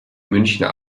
münchner